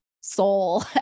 soul